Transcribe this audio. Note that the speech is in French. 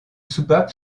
soupapes